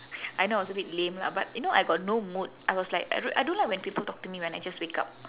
I know it's a bit lame lah but you know I got no mood I was like I don't I don't like when people talk to me when I just wake up